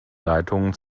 leitungen